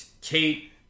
kate